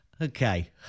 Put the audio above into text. Okay